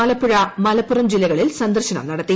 ആലപ്പുഴ മലപ്പുറം ജില്ലകളിൽ സ്ലന്ദർശനം നടത്തി